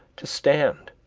to stand,